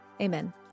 amen